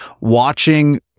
watching